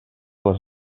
les